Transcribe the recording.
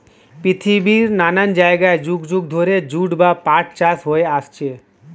পৃথিবীর নানা জায়গায় যুগ যুগ ধরে জুট বা পাট চাষ হয়ে আসছে